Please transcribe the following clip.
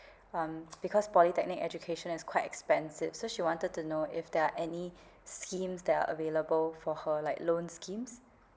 um because polytechnic education is quite expensive so she wanted to know if there are any schemes that are available for her like loan schemes